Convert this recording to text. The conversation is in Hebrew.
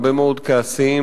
הרבה מאוד כעסים,